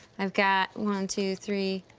i've got one, two, three,